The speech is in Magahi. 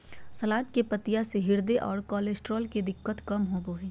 सलाद के पत्तियाँ से हृदय आरो कोलेस्ट्रॉल के दिक्कत कम होबो हइ